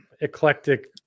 eclectic